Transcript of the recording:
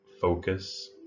focus